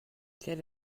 quel